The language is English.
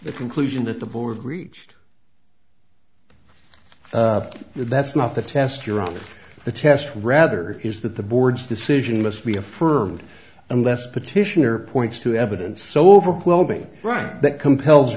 the conclusion that the board reached that's not the test your honor the test rather is that the board's decision must be affirmed unless petitioner points to evidence so overwhelming right that compels